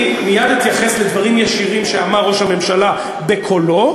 אני מייד אתייחס לדברים ישירים שאמר ראש הממשלה בקולו,